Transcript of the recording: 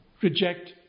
Reject